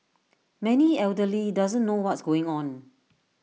many elderly doesn't know what's going on